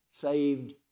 saved